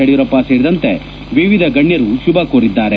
ಯಡಿಯೂರಪ್ಪ ಸೇರಿದಂತೆ ವಿವಿಧ ಗಣ್ಯರು ಶುಭ ಕೋರಿದ್ದಾರೆ